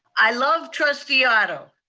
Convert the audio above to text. i love trustee otto.